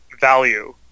value